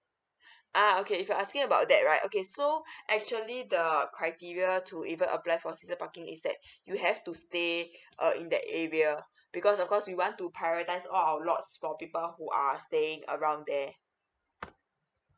ah okay if you are asking about that right okay so actually the criteria to either apply for season parking is that you have to stay uh in that area because of course we want to prioritise all out lots for people who are staying around there